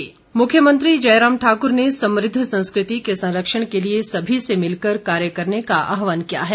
विमोचन मुख्यमंत्री जयराम ठाकुर ने समृद्ध संस्कृति के संरक्षण के लिए सभी से मिलकर कार्य करने का आह्वान किया है